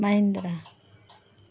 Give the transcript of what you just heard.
Mahindra